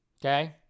Okay